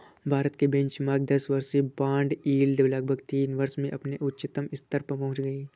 भारत की बेंचमार्क दस वर्षीय बॉन्ड यील्ड लगभग तीन वर्षों में अपने उच्चतम स्तर पर पहुंच गई